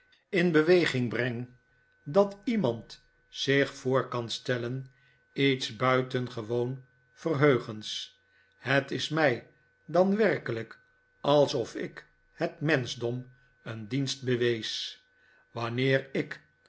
in beweging breng dat iemand zich voor kan stellen iets buitengewoon verheugends het is mij dan werkelijk alsof ik het menschdom een dienst bewees wanneer ik